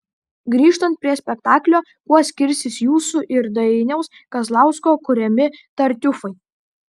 grįžtant prie spektaklio kuo skirsis jūsų ir dainiaus kazlausko kuriami tartiufai